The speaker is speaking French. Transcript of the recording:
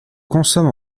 consomme